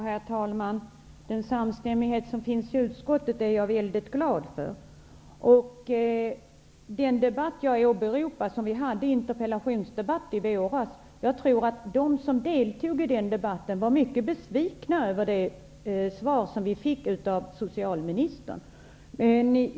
Herr talman! Den samstämmighet som finns i utskottet är jag väldigt glad för. Den debatt jag åberopar är den interpellationsdebatt vi hade i våras. Jag tror att de som deltog i den debatten var mycket besvikna över det svar vi fick av socialministern.